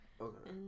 Okay